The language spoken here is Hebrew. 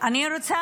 הכנסת, אני רוצה